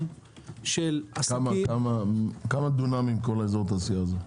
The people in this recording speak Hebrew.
של עסקים --- כמה דונמים כל אזור התעשייה הזה?